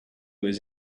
was